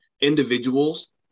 individuals